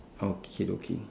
how kid okay